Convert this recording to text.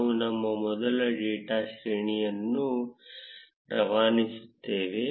ನಾವು ನಮ್ಮ ಮೊದಲ ಡೇಟಾ ಶ್ರೇಣಿಯನ್ನು ರವಾನಿಸುತ್ತೇವೆ